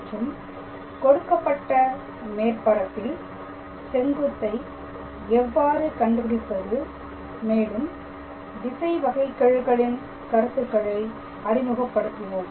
மற்றும் கொடுக்கப்பட்ட மேற்பரப்பில் செங்குத்தை எவ்வாறு கண்டுபிடிப்பது மேலும் திசை வகைகெழுகளின் கருத்துக்களை அறிமுகப்படுத்தினோம்